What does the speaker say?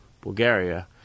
Bulgaria